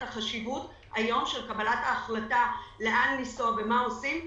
החשיבות היום של קבלת ההחלטה לאן לנסוע ומה עושים,